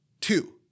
Two